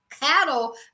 Cattle